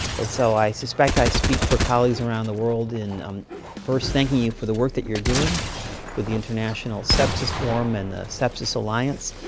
and so i suspect i speak for colleagues around the world in, um first, thanking you for the work that you're doing with the international sepsis forum and the sepsis alliance,